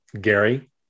gary